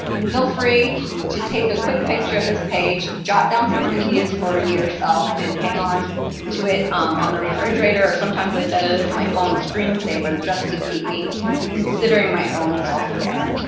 and feel free to take a quick picture of this page. jot down some ideas for yourself and hang on to it on the refrigerator or sometimes i said it it as my phone screensaver just to keep me considering my own self-care.